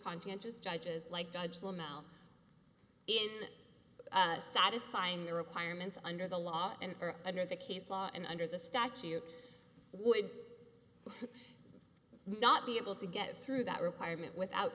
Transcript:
conscientious judges like judge them out in satisfying their requirements under the law and are under the case law and under the statute would not be able to get through that requirement without